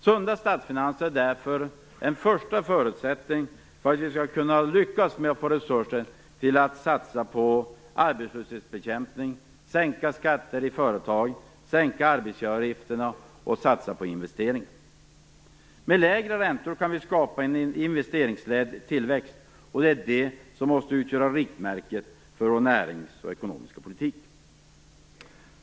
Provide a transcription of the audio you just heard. Sunda statsfinanser är en första förutsättning för att vi skall få resurser för att bekämpa arbetslösheten, för att sänka skatter i företag, för att sänka arbetsgivaravgifterna och för att satsa på investeringar. Med lägre räntor kan vi skapa en investeringsledd tillväxt, och det är det som måste utgöra riktmärket för vår näringspolitik och vår ekonomiska politik.